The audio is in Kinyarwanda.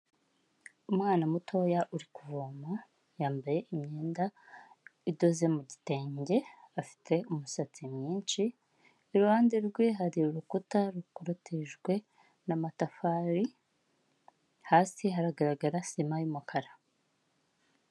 Umwana mutoya uri kuvoma, yambaye imyenda idoze mu gitenge, afite umusatsi mwinshi iruhande rwe hari urukuta rukotejwe n'amatafari, hasi hagaragara sima y'umukara.